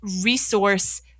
resource